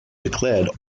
declared